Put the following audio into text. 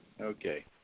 Okay